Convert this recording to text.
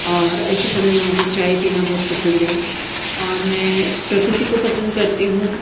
और ऐसे समय में मुझे चाय पीना बहुत पसंद है और मैं प्रकृति को पसंद करती हूँ